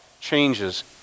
changes